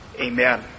Amen